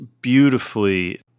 beautifully